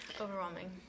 overwhelming